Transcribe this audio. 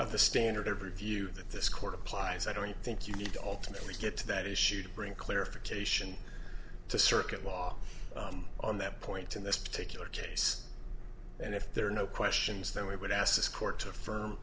of the standard of review that this court applies i don't think you need to ultimately get to that issue to bring clarification to circuit law on that point in this particular case and if there are no questions then we would ask this court to